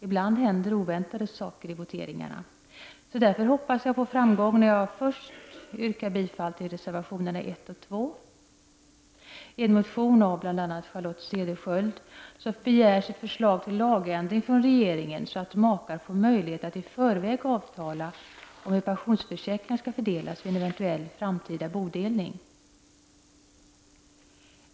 Ibland händer det oväntade saker i voteringarna. Därför hoppas jag på framgång när jag först yrkar bifall till reservationerna 1 och 2. I en motion av bl.a. Charlotte Cederschiöld begärs ett förslag till lagändring från regeringen så att makar får möjlighet att i förväg avtala om hur pensionsförsäkringar skall fördelas vid en eventuell framtida bodelning.